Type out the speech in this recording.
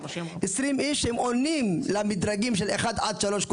עשרים איש שהם עונים למדרגים של אחד עד שלוש,